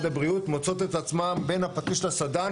הבריאות מוצאות את עצמן בין הפטיש לסדן.